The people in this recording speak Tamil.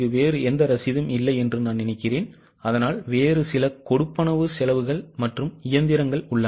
வேறு எந்த ரசீதும் இல்லை என்று நான் நினைக்கிறேன் ஆனால் வேறு சில கொடுப்பனவு செலவுகள் மற்றும் இயந்திரங்கள் உள்ளன